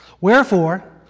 Wherefore